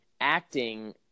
acting